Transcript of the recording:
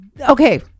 Okay